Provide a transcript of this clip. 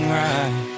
right